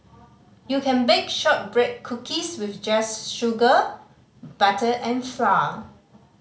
you can bake shortbread cookies with just sugar butter and flour